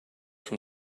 from